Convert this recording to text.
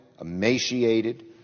emaciated